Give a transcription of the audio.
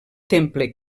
temple